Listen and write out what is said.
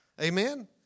Amen